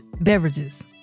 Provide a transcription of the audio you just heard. beverages